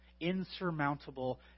insurmountable